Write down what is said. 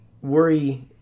worry